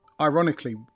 Ironically